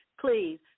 please